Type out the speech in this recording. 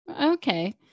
okay